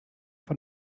von